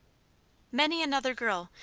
many another girl,